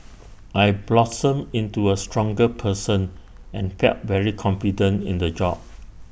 I blossomed into A stronger person and felt very confident in the job